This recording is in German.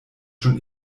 schon